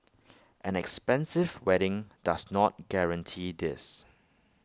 an expensive wedding does not guarantee this